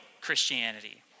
Christianity